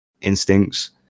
instincts